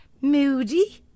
moody